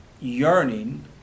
yearning